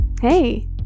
Hey